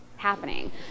happening